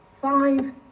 five